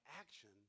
action